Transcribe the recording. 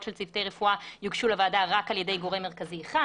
של צוותי רפואה יוגשו לוועדה רק על ידי גורם מרכזי אחד,